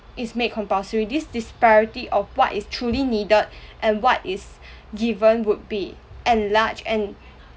is made compulsory this disparity of what is truly needed and what is given would be enlarged and